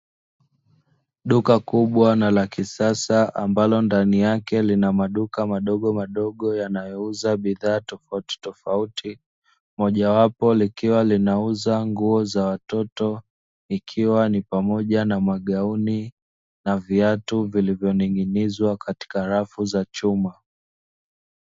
Duka kubwa na la kisasa ambalo ndani yake lina maduka madogomadogo yanayouza bidhaa tofautitofauti. Mojawapo likiwa linauza nguo za watoto, ikiwa ni pamoja na magauni na viatu vilivyoninginizwa katika rafu za chuma.